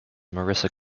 marissa